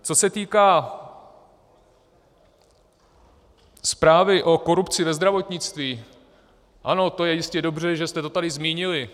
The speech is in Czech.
Co se týká zprávy o korupci ve zdravotnictví, ano, to je jistě dobře, že jste to tady zmínili.